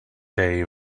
they